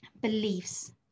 beliefs